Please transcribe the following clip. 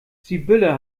sibylle